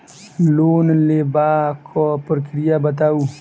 Loan लेबाक प्रक्रिया बताऊ?